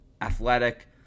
athletic